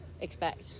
expect